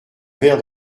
verre